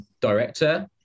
director